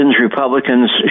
Republicans